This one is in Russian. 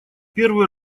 первый